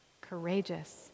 courageous